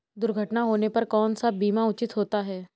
दुर्घटना होने पर कौन सा बीमा उचित होता है?